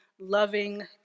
loving